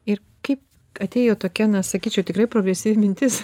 ir kaip atėjo tokia sakyčiau tikrai progresyvi mintis